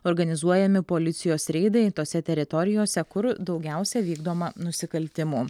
organizuojami policijos reidai tose teritorijose kur daugiausia vykdoma nusikaltimų